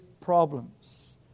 problems